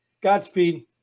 Godspeed